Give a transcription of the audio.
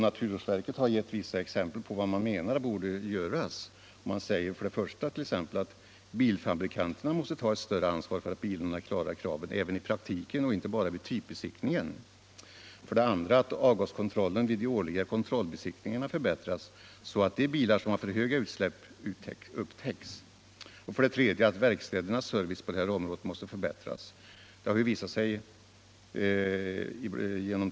Naturvårdsverket har gett vissa exempel på vad man menar borde göras. Man anser bl.a.: Om indragningen 1. Bilfabrikanterna måste ta ett större ansvar för att bilarna klarar kra — av SJ:s sovvagnsförven även i praktiken och inte bara vid typbesiktningen. bindelse Nässjö 2. Avgaskontrollen vid de årliga kontrollbesiktningarna måste förbätt — Jönköping-Falköras så att de bilar som har för höga utsläpp upptäcks. ping-Stockholm 3. Verkstädernas service på det här området måste förbättras.